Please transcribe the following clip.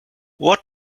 what